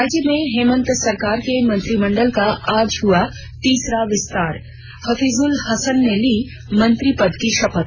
राज्य में हेमंत सरकार के मंत्रिमंडल का आज हुआ तीसरा विस्तार हफीजुल हसन ने ली मंत्री पद की शपथ